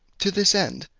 to this end,